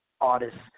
artists –